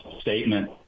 statement